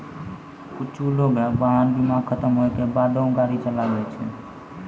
कुछु लोगें वाहन बीमा खतम होय के बादो गाड़ी चलाबै छै